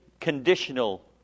conditional